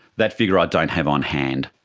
that figure i don't have on hand.